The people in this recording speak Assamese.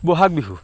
বহাগ বিহু